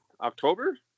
October